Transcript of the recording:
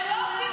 ולכן,